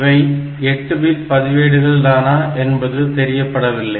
இவை 8 பிட் பதிவேடுகள் தானா என்பதும் தெரிவிக்கப்படவில்லை